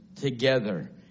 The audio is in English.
together